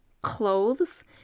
clothes